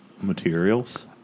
materials